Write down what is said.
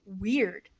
weird